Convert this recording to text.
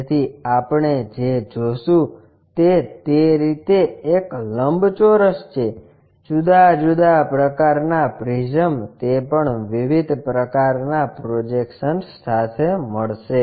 તેથી આપણે જે જોશું તે તે રીતે એક લંબચોરસ છે જુદા જુદા પ્રકારનાં પ્રિઝમ તે પણ વિવિધ પ્રકારના પ્રોજેક્શન્સ સાથે મળશે